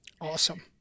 Awesome